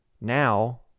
Now